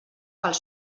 pels